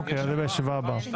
בישיבה הבאה.